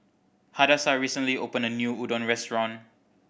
Hadassah recently opened a new Udon restaurant